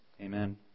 Amen